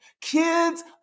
Kids